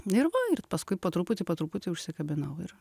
ir va ir paskui po truputį po truputį užsikabinau ir